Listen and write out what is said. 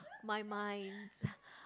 my mind